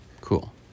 Cool